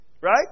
right